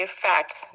fats